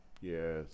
Yes